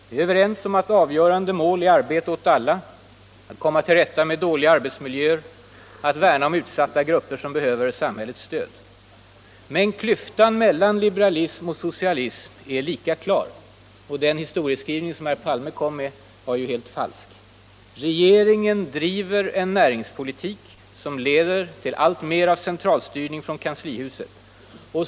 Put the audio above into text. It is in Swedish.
Vi är överens om att avgörande mål är arbete åt alla, att komma till rätta med dåliga arbetsmiljöer, att värna om utsatta grupper som behöver samhällets stöd. Men klyftan mellan liberalism och socialism är lika klar. Den historieskrivning som herr Palme kom med var helt falsk. Regeringen driver en näringspolitik som leder till alltmer av centralstyrning från kanslihuset.